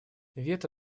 вето